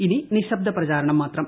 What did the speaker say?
ഇനി നിശബ്ദ പ്രചാരണം മാത്രം